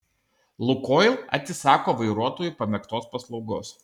lukoil atsisako vairuotojų pamėgtos paslaugos